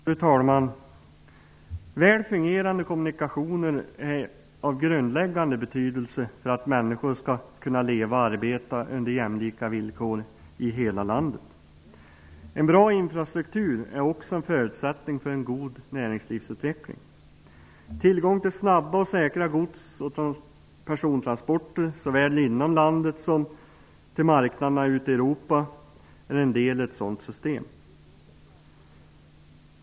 Fru talman! Väl fungerande kommunikationer är av grundläggande betydelse för att människor skall kunna leva och arbeta i hela landet. En bra infrastruktur är också en förutsättning för en god näringslivsutveckling. Tillgång till snabba och säkra gods och persontransporter, såväl inom landet som till marknaderna i Europa, är en del av ett sådant system.